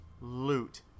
loot